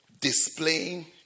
displaying